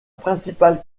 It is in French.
principale